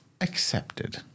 Accepted